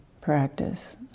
practice